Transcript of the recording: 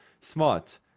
smart